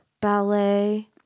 ballet